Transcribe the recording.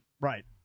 Right